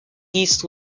east